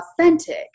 authentic